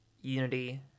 unity